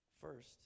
first